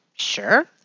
Sure